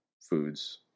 foods